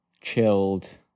chilled